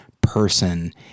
person